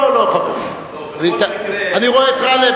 אני רואה את גאלב,